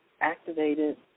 activated